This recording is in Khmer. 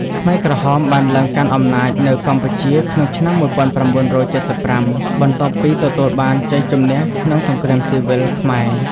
ខ្មែរក្រហមបានឡើងកាន់អំណាចនៅកម្ពុជាក្នុងឆ្នាំ ១៩៧៥ បន្ទាប់ពីទទួលបានជ័យជម្នះក្នុងសង្គ្រាមស៊ីវិលខ្មែរ។